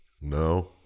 No